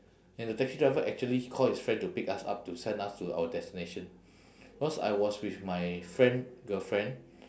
and the taxi driver actually call his friend to pick us up to send us to our destination because I was with my friend girlfriend